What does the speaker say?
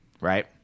right